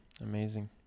amazing